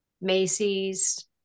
Macy's